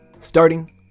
starting